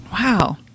Wow